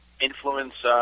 influence